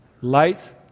Light